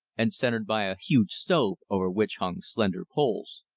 and centered by a huge stove over which hung slender poles.